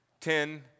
Ten